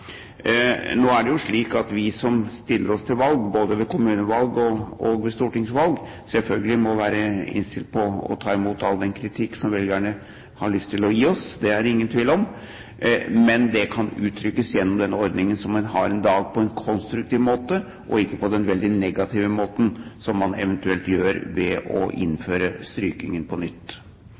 Nå er det jo slik at vi som stiller til valg, både ved kommunevalg og stortingsvalg, selvfølgelig må være innstilt på å ta imot all den kritikk som velgerne har lyst til å gi oss. Det er det ingen tvil om. Men det kan uttrykkes på en konstruktiv måte gjennom den ordningen som man har i dag, og ikke på den veldig negative måten som man gjør ved eventuelt å innføre strykningen på nytt.